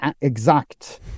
exact